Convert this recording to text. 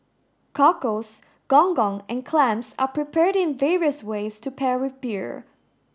cockles gong gong and clams are prepared in various ways to pair with beer